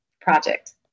Project